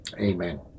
Amen